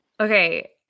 Okay